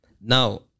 Now